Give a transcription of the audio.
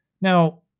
Now